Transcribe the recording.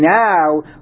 now